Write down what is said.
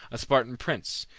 a spartan prince.